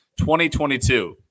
2022